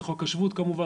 שזה חוק השבות כמובן,